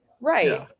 right